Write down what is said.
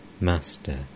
Master